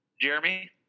Jeremy